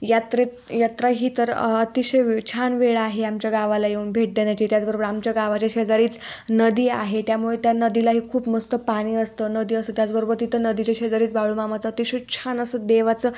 यात्रेत यात्रा ही तर अतिशय वे छान वेळ आहे आमच्या गावाला येऊन भेट देण्याची त्याचबरोबर आमच्या गावाच्या शेजारीच नदी आहे त्यामुळे त्या नदीलाही खूप मस्त पाणी असतं नदी असतं त्याचबरोबर तिथं नदीच्या शेजारीच बाळूमामाचं अतिशय छान असं देवाचं